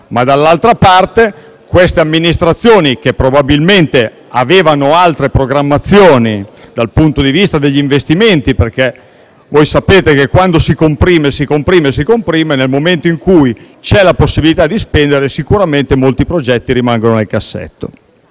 ma d'altra parte queste amministrazioni probabilmente avevano altre programmazioni dal punto di vista degli investimenti, perché sapete che quando si comprime troppo, nel momento in cui c'è la possibilità di spendere, molti progetti rimangono nel cassetto.